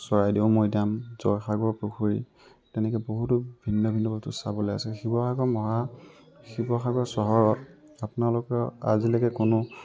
চৰাইদেউ মৈদাম জয়সাগৰ পুখুৰী তেনেকৈ বহুতো ভিন্ন ভিন্ন চাবলৈ আছে শিৱসাগৰ মহা শিৱসাগৰ চহৰত আপোনালোকে আজিলৈকে কোনো